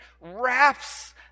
wraps